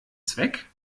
zweck